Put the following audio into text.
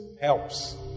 helps